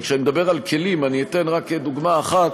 וכשאני מדבר על כלים, אני אתן רק דוגמה אחת: